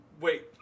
Wait